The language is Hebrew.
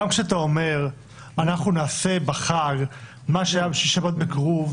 גם כשאתה אומר שנעשה בחג מה שהיה בשישי-שבת בקירוב,